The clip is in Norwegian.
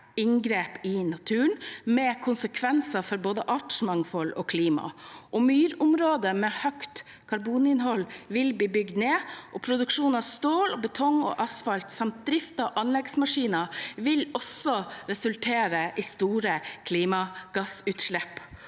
inngrep i naturen med konsekvenser for både artsmangfold og klima. Myrområder med høyt karboninnhold vil bli bygd ned, og produksjonen av stål, betong og asfalt samt drift av anleggsmaskiner vil resultere i store klimagassutslipp.